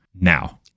Now